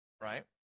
Right